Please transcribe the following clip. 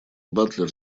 батлер